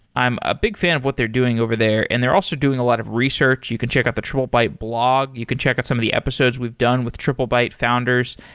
i'm a big fan of what they're doing over there and they're also doing a lot of research. you can check out the triplebyte blog. you can check out some of the episodes we've done with triplebyte founders.